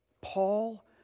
Paul